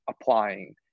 applying